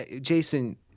Jason